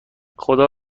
خدا